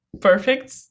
perfect